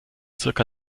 zirka